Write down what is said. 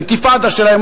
באינתיפאדה שלהם,